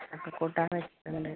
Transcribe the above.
ചക്ക കൂട്ടാൻ വെച്ചതുണ്ട്